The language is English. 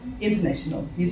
international